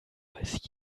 weiß